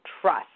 trust